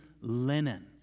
linen